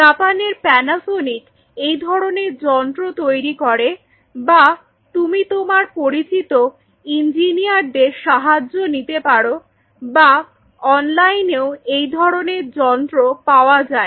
জাপানের প্যানাসনিক এই ধরনের যন্ত্র তৈরি করে বা তুমি তোমার পরিচিত ইঞ্জিনিয়ারদের সাহায্য নিতে পারো বা অনলাইনেও এই ধরনের যন্ত্র পাওয়া যায়